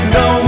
no